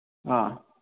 ꯑꯥ